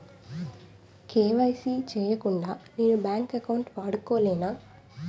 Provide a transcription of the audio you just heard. KYC చేయకుండా నేను bank account వాడుకొలేన?